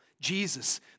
Jesus